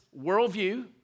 worldview